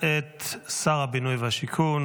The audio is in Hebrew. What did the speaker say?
נרתם לכל מה שתבקש בעניין הזה.